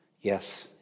yes